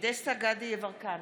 דסטה גדי יברקן,